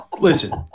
listen